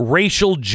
racial